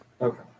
Okay